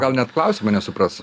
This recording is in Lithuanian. gal net klausimo nesupras